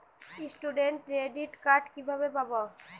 Student credit card কিভাবে পাব?